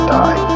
die